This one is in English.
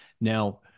Now